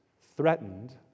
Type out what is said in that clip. threatened